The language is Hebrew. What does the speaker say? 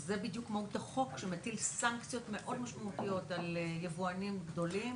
זה בדיוק מהות החוק שמטיל סנקציות מאוד משמעותיות על יבואנים גדולים.